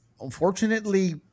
Unfortunately